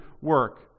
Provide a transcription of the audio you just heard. work